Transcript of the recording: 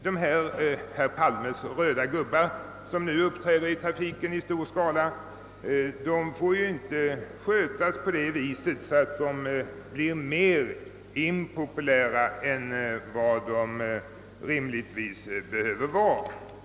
Herr Palmes röda gubbar, som nu i stor utsträckning uppträder i trafiken, får inte fungera så att de blir mera impopulära än de rimligtvis bör vara.